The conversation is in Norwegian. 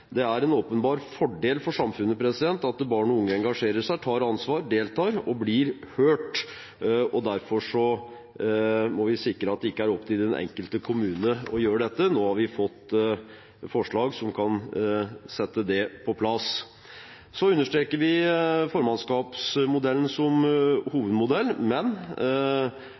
Det er en åpenbar fordel for samfunnet at barn og unge engasjerer seg, tar ansvar, deltar og blir hørt, og derfor må vi sikre at det ikke er opp til den enkelte kommune å gjøre dette. Nå har vi fått forslag som kan sette det på plass. Så understreker vi formannskapsmodellen som hovedmodell, men